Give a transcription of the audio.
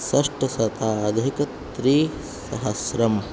षट्शताधिकत्रिसहस्रम्